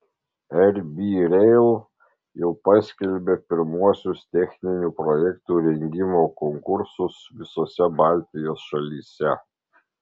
rb rail jau paskelbė pirmuosius techninių projektų rengimo konkursus visose baltijos šalyse